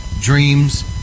dreams